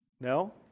No